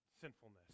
sinfulness